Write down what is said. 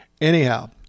Anyhow